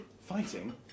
Fighting